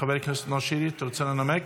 חבר הכנסת נאור שירי, אתה רוצה לנמק?